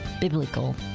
biblical